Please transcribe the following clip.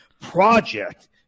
project